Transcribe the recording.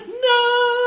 No